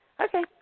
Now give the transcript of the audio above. Okay